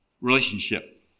relationship